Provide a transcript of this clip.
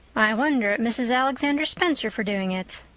i wonder at mrs. alexander spencer for doing it.